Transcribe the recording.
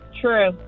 True